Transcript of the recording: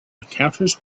encounters